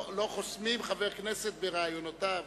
לא חוסמים חבר כנסת בראיונותיו,